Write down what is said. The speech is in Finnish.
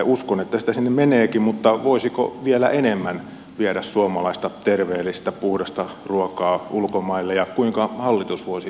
uskon että sitä sinne meneekin mutta voisiko vielä enemmän viedä suomalaista terveellistä puhdasta ruokaa ulkomaille ja kuinka hallitus voisi tätä edistää